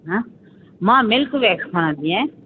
हा मां milk wax हणंदी आहियां